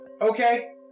Okay